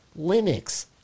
Linux